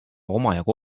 omajagu